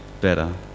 better